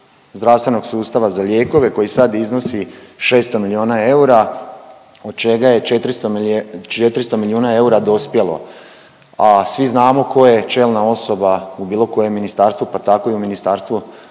zdravstvenog sustava za lijekove koji sad iznosi 600 milijuna eura, od čega je 400 milijuna eura dospjelo, a svi znamo tko je čelna osoba u bilo kojem ministarstvu pa tako i u Ministarstvu